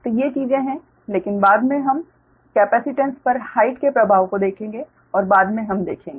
तो ये चीजें हैं लेकिन बाद में हम कैपेसिटेन्स पर हाइट के प्रभाव को देखेंगे और बाद में हम देखेंगे